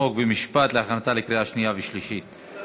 חוק ומשפט להכנתה לקריאה שנייה ושלישית.